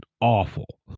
awful